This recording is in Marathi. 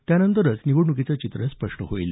त्यानंतरच निवडणुकीचं चित्र स्पष्ट होईल